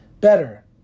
better